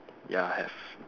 ya have